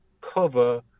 cover